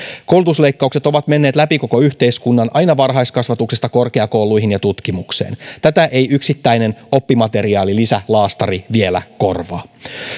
koulutusleikkaukset ovat menneet läpi koko yhteiskunnan aina varhaiskasvatuksesta korkeakouluihin ja tutkimukseen tätä ei yksittäinen oppimateriaalilisälaastari vielä korvaa